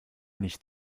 nicht